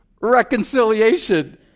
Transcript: reconciliation